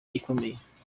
ikomeye